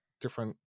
different